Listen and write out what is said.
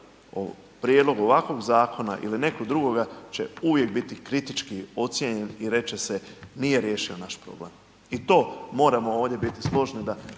prijedlogu ovakvoga zakona ili nekoga drugoga će uvijek biti kritički ocijenjen i reći će se nije riješio naš problem. I to moramo ovdje biti složni da